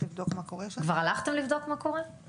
כבר הלכתם לבדוק מה קורה,